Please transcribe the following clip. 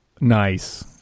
Nice